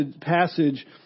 passage